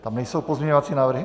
Tam nejsou pozměňovací návrhy?